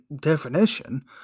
definition